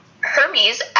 Hermes